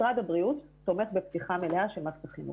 משרד הבריאות תומך בפתיחה מלאה של מערכת החינוך.